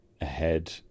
ahead